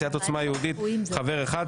סיעת עוצמה יהודית חבר אחד,